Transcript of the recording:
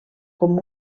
com